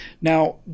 Now